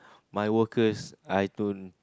my workers I don't